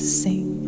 sing